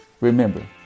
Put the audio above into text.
remember